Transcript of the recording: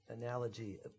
analogy